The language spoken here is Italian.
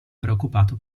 preoccupato